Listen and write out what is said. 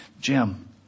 Jim